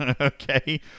okay